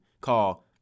call